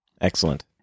Excellent